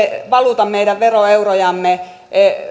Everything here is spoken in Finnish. valuta meidän veroeurojamme